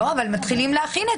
אבל מתחילים להכין את